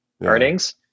earnings